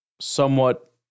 somewhat